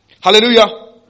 Hallelujah